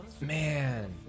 Man